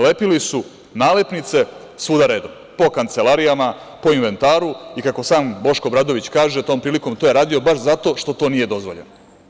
Lepili su nalepnice svuda redom, po kancelarijama, po inventaru i kako sam Boško Obradović kaže tom prilikom – to je radio baš zato što to nije dozvoljeno.